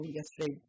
yesterday